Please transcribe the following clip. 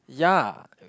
yeah